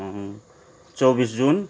चौबिस जुन